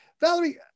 Valerie